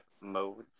modes